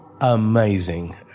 amazing